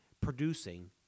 producing